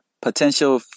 potential